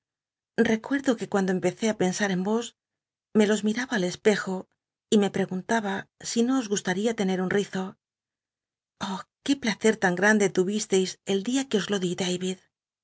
c ue cllanclo empecé ü pensar en vos me los miaba al espejo y me preguntaba no os gustaría tener un rizo oh qué place lan grande tmistcis el dia que os lo